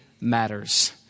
matters